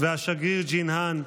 והשגריר ג'ינהאן,